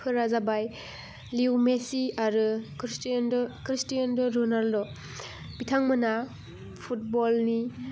फोरा जाबाय Lionel Messi आरो ख्रिस्टियान' रनालद' बिथांमोना फुटबलनि